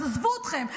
אז עזבו אתכם.